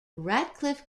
ratcliffe